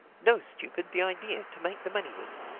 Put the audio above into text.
no, stupid. the idea to make the money with.